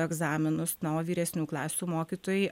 egzaminus na o vyresnių klasių mokytojai